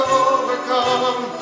overcome